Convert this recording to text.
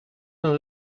een